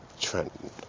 Trenton